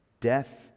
Death